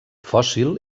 fòssil